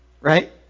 Right